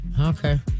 Okay